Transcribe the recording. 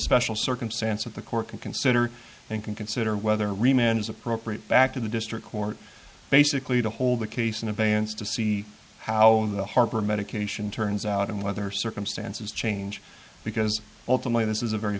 special circumstance of the court can consider and can consider whether reman is appropriate back to the district court basically to hold the case in abeyance to see how the harper medication turns out and whether circumstances change because ultimately this is a very